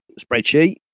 spreadsheet